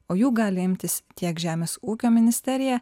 o jų gali imtis tiek žemės ūkio ministerija